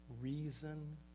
reason